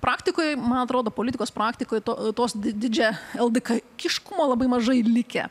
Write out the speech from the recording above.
praktikoj man atrodo politikos praktikoj to tos didžiaeldikiškumo labai mažai likę